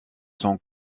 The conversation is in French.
sont